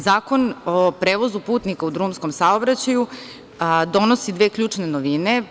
Zakon o prevozu putnika u drumskom saobraćaju donosi dve ključne novine.